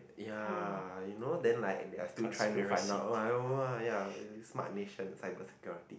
ya you know then like they are still trying to find out ya smart nation cyber security